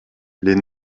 les